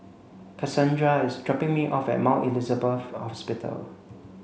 Cassondra is dropping me off at Mount Elizabeth Hospital